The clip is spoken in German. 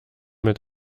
mit